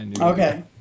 Okay